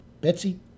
Betsy